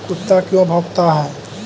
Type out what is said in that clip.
कुत्ता क्यों भौंकता है?